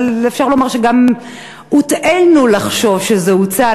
ואפשר לומר שגם הוטעינו לחשוב שזה הוצא,